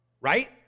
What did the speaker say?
right